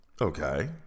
Okay